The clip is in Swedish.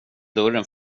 dörren